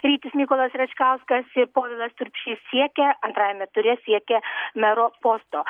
rytis mykolas račkauskas ir povilas urbšys siekia antrajame ture siekia mero posto